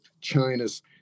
China's